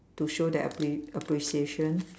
to show their appre~ appreciation